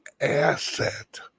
asset